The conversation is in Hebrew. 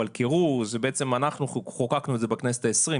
אבל קירור בעצם אנחנו חוקקנו את זה בכנסת ה-20,